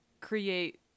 create